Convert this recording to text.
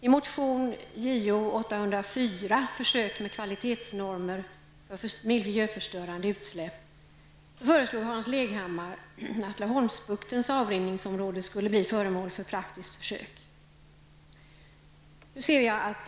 I motion Jo804, Försök med kvalitetsnormer för miljöstörande utsläpp, föreslår Hans Leghammar att Laholmsbuktens avrinningsområden skulle bli föremål för ett praktiskt försök.